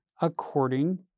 according